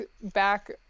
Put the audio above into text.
back